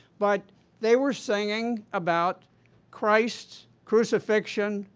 but they were singing about christ's crucifixion,